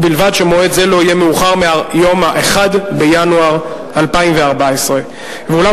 ובלבד שמועד זה לא יהיה מאוחר מיום 1 בינואר 2014. ואולם